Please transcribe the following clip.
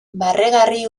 barregarri